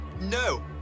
No